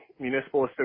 municipal